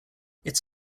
its